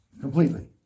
completely